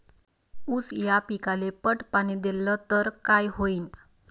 ऊस या पिकाले पट पाणी देल्ल तर काय होईन?